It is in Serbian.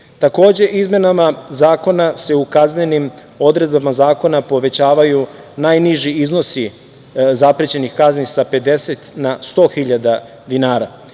Takođe, izmenama zakona se u kaznenim odredbama zakona povećavaju najniži iznosi zaprećenih kazni sa 50 na 100 hiljada